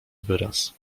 wyraz